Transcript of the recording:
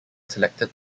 selected